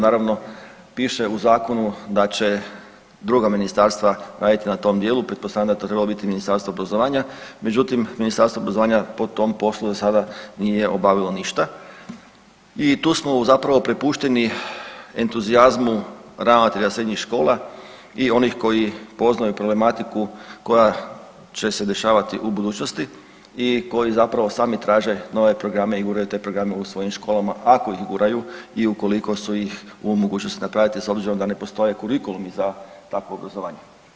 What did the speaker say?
Naravno, piše u zakonu da će druga ministarstva raditi na tom dijelu, pretpostavljam da bi to trebalo biti Ministarstvo obrazovanja, međutim Ministarstvo obrazovanja po tom poslu do sada nije obavilo ništa i tu smo zapravo prepušteni entuzijazmu ravnatelja srednjih škola i onih koji poznaju problematiku koja će se dešavati u budućnosti i koji zapravo sami traže nove programe i guraju te programe u svojim školama, ako ih guraju i ukoliko su ih u mogućnosti napraviti s obzirom da ne postoje kurikulumi za takvo obrazovanje.